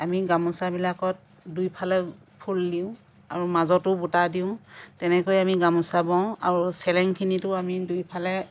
আমি গামোচাবিলাকত দুইফালে ফুল দিওঁ আৰু মাজতো বুটা দিওঁ তেনেকৈয়ে আমি গামোচা বওঁ আৰু চেলেংখিনিতো আমি দুইফালে